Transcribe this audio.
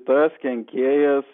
tas kenkėjas